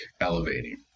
elevating